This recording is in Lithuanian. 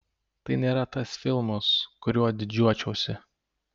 tai nėra tas filmas kuriuo didžiuočiausi